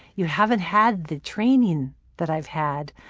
you haven't had the training that i've had,